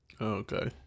Okay